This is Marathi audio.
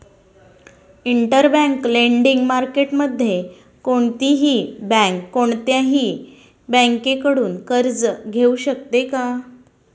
इंटरबँक लेंडिंग मार्केटमध्ये कोणतीही बँक कोणत्याही बँकेकडून कर्ज घेऊ शकते का?